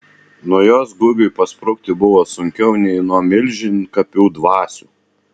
nuo jos gugiui pasprukti buvo sunkiau nei nuo milžinkapių dvasių